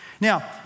Now